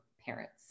parents